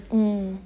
mm